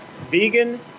vegan